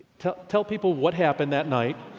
tell tell people what happened that night.